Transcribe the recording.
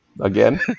Again